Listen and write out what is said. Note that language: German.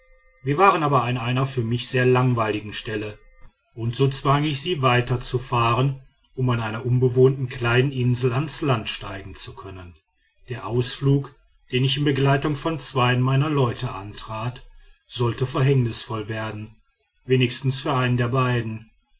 wir waren aber an einer für mich sehr langweiligen stelle und so zwang ich sie weiterzufahren um an einer unbewohnten kleinen insel ans land steigen zu können der ausflug den ich in begleitung von zweien meiner leute antrat sollte verhängnisvoll werden wenigstens für einen der beiden